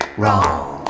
wrong